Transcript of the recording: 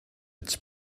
its